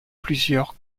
plusieurs